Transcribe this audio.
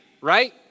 right